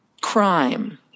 crime